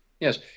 Yes